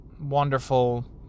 wonderful